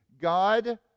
God